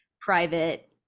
private